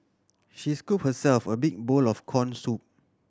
she scoop herself a big bowl of corn soup